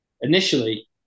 Initially